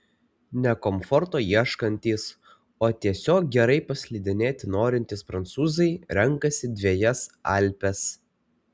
ne komforto ieškantys o tiesiog gerai paslidinėti norintys prancūzai renkasi dvejas alpes